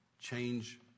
change